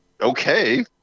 okay